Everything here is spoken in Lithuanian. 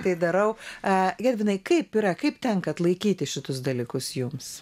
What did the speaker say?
tai darau a gedvinai kaip yra kaip tenka atlaikyti šitus dalykus jums